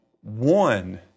one